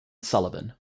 sullivan